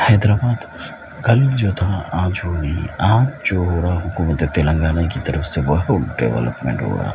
حیدر آباد کل جو تھا آج وہ نہیں آج جو ہو رہا ہے حکومت تلنگانہ کی طرف سے بہت ڈیولپمنٹ ہو رہا ہے